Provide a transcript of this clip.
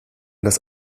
das